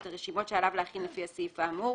את הרשימות שעליו להכין לפי הסעיף האמור,